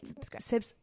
subscribe